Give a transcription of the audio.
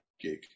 gig